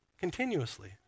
continuously